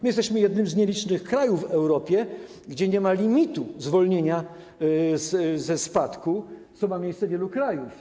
My jesteśmy jednym z nielicznych krajów w Europie, gdzie nie ma limitu zwolnienia ze spadku, co ma miejsce w wielu krajach.